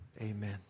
Amen